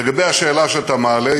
לגבי השאלה שאתה מעלה,